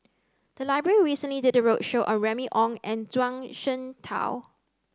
the library recently did a roadshow on Remy Ong and Zhuang Shengtao